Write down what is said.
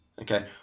Okay